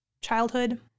childhood